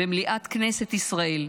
במליאת כנסת ישראל,